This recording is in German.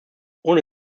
ohne